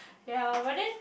ya but then